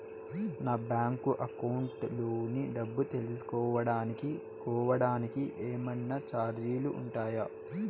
నా bank account లోని డబ్బు తెలుసుకోవడానికి కోవడానికి ఏమన్నా చార్జీలు ఉంటాయా?